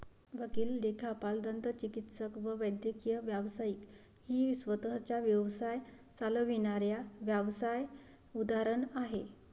वकील, लेखापाल, दंतचिकित्सक व वैद्यकीय व्यावसायिक ही स्वतः चा व्यवसाय चालविणाऱ्या व्यावसाय उदाहरण आहे